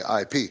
IP